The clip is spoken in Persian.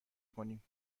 کنیم